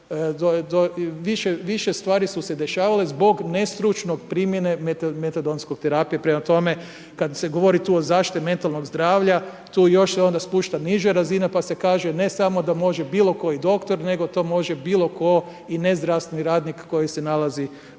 više stvari su se dešavale zbog nestručne primjene metadonskom terapije. Prema tome, kada se govori tu o zaštiti metalnog zdravlja, tu još se onda spušta niža razina, pa se kaže, ne samo da može bilo koji doktor, nego to može bilo tko i ne zdravstveni radnik koji se nalazi u